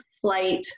flight